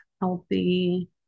healthy